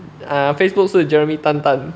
err facebook 是 jeremy tan tan